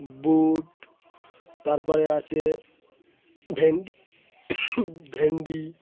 বুট তারপরে আছে ভেন ভেন্ডি